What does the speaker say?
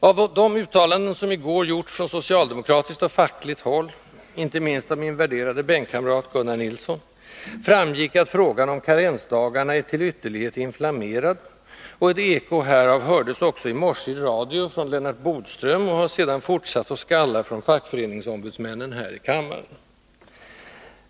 Av de uttalanden som i går gjorts från socialdemokratiskt och fackligt håll —- inte minst av min värderade bänkkamrat Gunnar Nilsson — framgick att frågan om karensdagarna är till ytterlighet inflammerad, och ett eko härav hördes också i morse i radio från Lennart Bodström och har sedan fortsatt att skalla från fackföreningsombudsmännen här i kammaren.